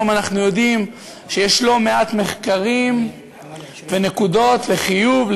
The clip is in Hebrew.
היום אנחנו יודעים שיש לא מעט מחקרים ונקודות לחיוב,